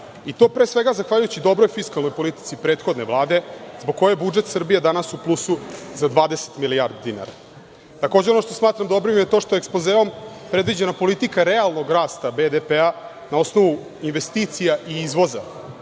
i to, pre svega, zahvaljujući dobroj fiskalnoj politici prethodne Vlade, zbog koje je budžet Srbije danas u plusu za 20 milijardi dinara. Takođe, ono što smatram dobrim je što ekspozeom predviđena politika realnog rasta BDP-a na osnovu investicija i izvoza,